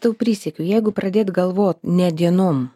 tau prisiekiau jeigu pradėt galvot ne dienom